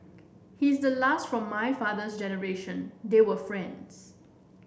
he's the last from my father's generation they were friends